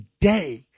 day